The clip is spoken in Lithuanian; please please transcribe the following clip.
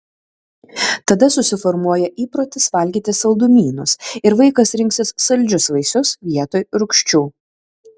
tada susiformuoja įprotis valgyti saldumynus ir vaikas rinksis saldžius vaisius vietoj rūgščių